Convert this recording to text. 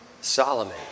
Solomon